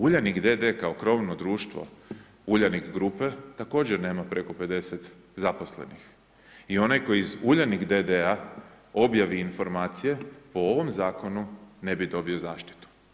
Uljanik d.d. kao krovno društvo Uljanik grupe također nema preko 50 zaposlenik i onaj tko iz Uljanik d.d. objavi informacije, po ovom Zakonu ne bi dobio zaštitu.